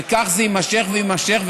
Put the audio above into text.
וכך זה יימשך ויימשך,